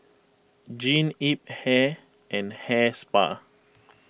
Jean Yip Hair and Hair Spa